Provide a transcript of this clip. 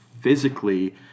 physically